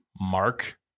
Mark